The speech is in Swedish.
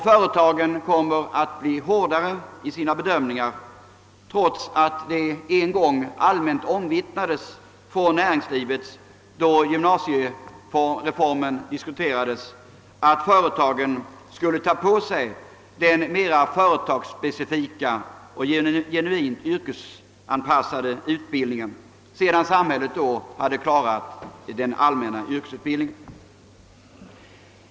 Företagen kommer emellertid att bli hårdare i sina bedömningar, trots att det en gång då gymnasiereformen diskuterades allmänt omvittnades från näringslivets sida att företagen skulle ta på sig den mera företagsspecifika och genuint yrkesanpassade utbildningen sedan samhället klarat den allmänna yrkesutbildningen.